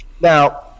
now